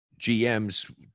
GMs